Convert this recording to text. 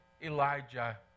Elijah